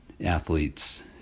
athletes